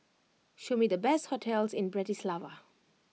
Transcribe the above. show me the best hotels in Bratislava